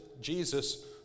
Jesus